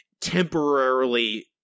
temporarily